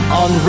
on